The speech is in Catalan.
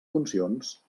funcions